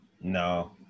No